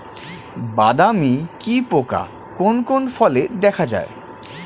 বাদামি কি পোকা কোন কোন ফলে দেখা যায়?